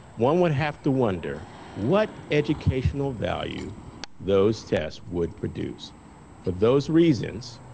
one would have to wonder what educational value those tests would produce. for those reasons,